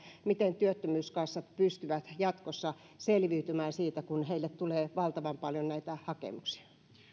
miten työttömyyskassat pystyvät jatkossa selviytymään siitä kun heille tulee valtavan paljon näitä hakemuksia